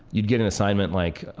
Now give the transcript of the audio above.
you get an assignment like,